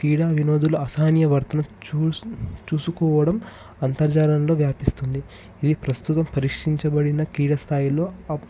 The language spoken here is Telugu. క్రీడా వినోదుల అసహాయనవర్తనం చూసు చూసుకోవడం అంతర్జాలంలో వ్యాపిస్తుంది ఇది ప్రస్తుత పరీక్షించబడిన క్రీడా స్థాయిలో